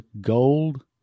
gold